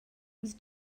nus